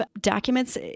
documents